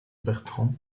bertrand